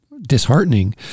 disheartening